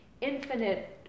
infinite